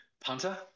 punter